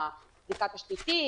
זיקה תשתיתית,